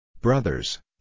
Brothers